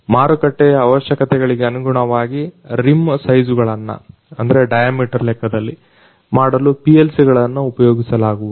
ಮಾರುಕಟ್ಟೆಯ ಅವಶ್ಯಕತೆಗಳಿಗನುಗುಣವಾಗಿ ರಿಮ್ ಸೈಜುಗಳನ್ನಡೈಯಾಮೀಟರ್ ಮಾಡಲು PLCಗಳನ್ನ ಉಪಯೋಗಿಸಲಾಗುವುದು